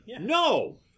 No